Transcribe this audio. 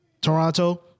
Toronto